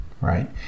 right